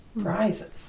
prizes